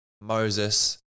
Moses